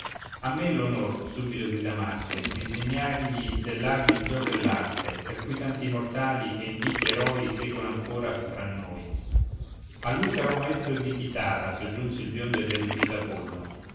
a me l'onor subito grida marte d'insegnargli dell'armi il gioco e l'arte per cui tanti mortali e invitti eroi seggono ancor fra noi a lui sarò maestro di chitàra soggiunse il biondo ed erudito apollo